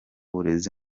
burezi